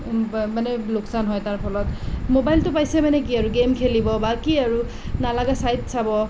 মানে লোকচান হয় তাৰ ফলত মোবাইলটো পাইছে মানে কি আৰু গেম খেলিব বা কি আৰু নালাগা চাইট চাব